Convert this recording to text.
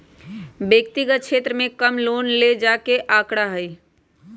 व्यक्तिगत क्षेत्र में कम लोन ले जाये के आंकडा हई